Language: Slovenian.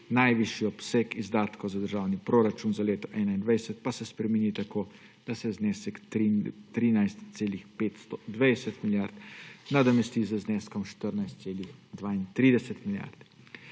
najvišji obseg izdatkov za državni proračun za leto 2021 pa se spremeni tako, da se znesek 13,520 milijarde nadomesti z zneskom 14,32 milijarde.